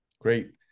Great